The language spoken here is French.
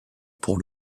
pour